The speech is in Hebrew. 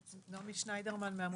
נעמי שניידרמן.